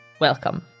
welcome